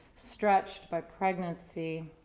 stretched by pregnancy.